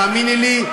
תאמיני לי,